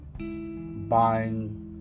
buying